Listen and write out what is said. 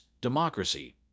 democracy